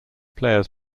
players